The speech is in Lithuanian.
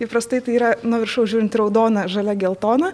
įprastai tai yra nuo viršaus žiūrint raudona žalia geltona